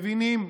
מבינים,